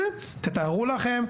תתארו לכם,